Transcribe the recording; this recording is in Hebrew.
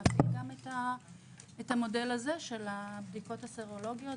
להפעיל גם את המודל הזה של הבדיקות הסרולוגיות.